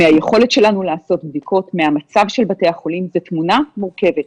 מהיכולת שלנו לעשות בדיקות מהמצב של בתי החולים - זו תמונה מורכבת.